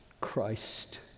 Christ